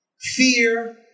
Fear